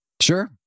Sure